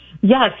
yes